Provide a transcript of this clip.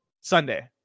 Sunday